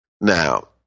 Now